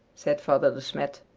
said father de smet.